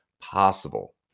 possible